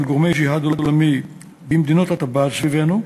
גורמי ג'יהאד עולמי במדינות הטבעת סביבנו.